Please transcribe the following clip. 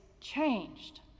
changed